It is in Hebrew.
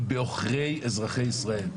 הוא בעוכרי אזרחי ישראל.